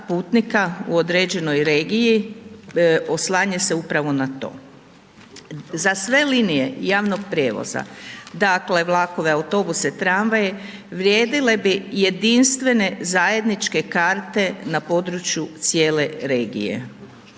putnika u određenoj regiji oslanja se upravo na to. Za sve linije javnog prijevoza, dakle, vlakove, autobuse, tramvaje, vrijedile bi jedinstvene zajedničke karte na području cijele regije.